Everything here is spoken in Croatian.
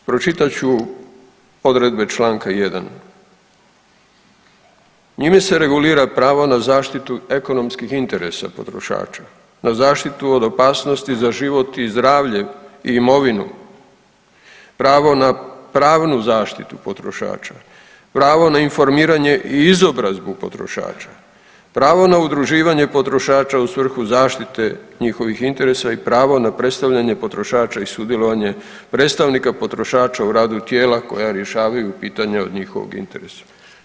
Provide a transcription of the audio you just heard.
Pročitat ću odredbe Članak 1., njime se regulira pravo na zaštitu ekonomskih interesa potrošača, na zaštitu od opasnosti za život i zdravlje i imovinu, pravo na pravnu zaštitu potrošača, pravo na informiranje i izobrazbu potrošača, pravo na udruživanje potrošača u svrhu zaštite njihovih interesa i pravo na predstavljanje potrošača i sudjelovanje predstavnika potrošača u radu tijela koja rješavaju pitanja od njihovog interesa.